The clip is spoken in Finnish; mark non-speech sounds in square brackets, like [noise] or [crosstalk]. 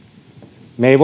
me emme [unintelligible]